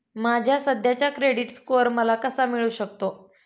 माझा सध्याचा credit score मला कसा कळू शकतो?